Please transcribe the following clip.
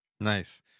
Nice